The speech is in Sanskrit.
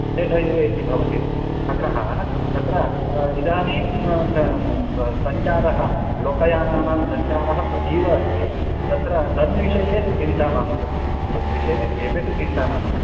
स्टेट् हैवे इति भवति अतः तत्र इदानीं सञ्चारः लोकयानानां सञ्चारः अतीव अस्ति तत्र तन् विषये चिन्ता मास्तु तद्विषये किमपि चिन्ता मास्तु